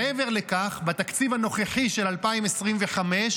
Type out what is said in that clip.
מעבר לכך, בתקציב הנוכחי של 2025,